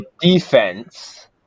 defense